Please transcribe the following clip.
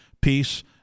peace